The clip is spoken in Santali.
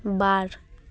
ᱵᱟᱨ